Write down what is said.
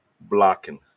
blocking